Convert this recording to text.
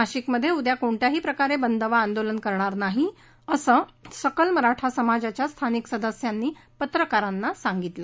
नाशिक मध्ये उद्या कोणत्याही प्रकारे बंद किंवा आंदोलन करणार नाही असं सकल मराठा समाजाच्या स्थानिक सदस्यांनी पत्रकारांना सांगितलं